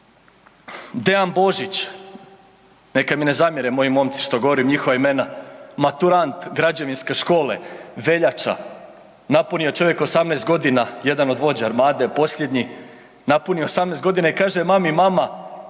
Dean Božić, neka mi ne zamjere moji momci što govorim imena, maturant Građevinske škole, veljača, napunio čovjek 18 g., jedan od vođa Armade, posljednji i kaže mami, mama,